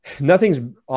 nothing's